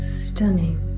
stunning